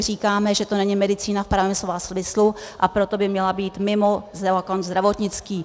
Říkáme, že to není medicína v pravém slova smyslu, a proto by měla být mimo zákon zdravotnický.